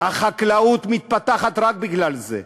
החקלאות מתפתחת רק בגלל זה.